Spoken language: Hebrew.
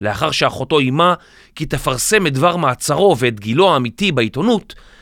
לאחר שאחותו אימה כי תפרסם את דבר מעצרו ואת גילו האמיתי בעיתונות